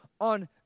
on